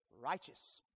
righteous